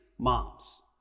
moms